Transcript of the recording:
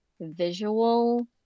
visual